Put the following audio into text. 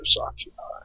occupied